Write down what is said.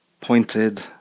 pointed